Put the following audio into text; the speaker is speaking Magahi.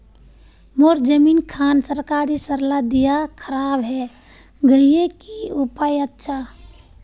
मोर जमीन खान सरकारी सरला दीया खराब है गहिये की उपाय अच्छा?